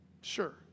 sure